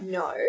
no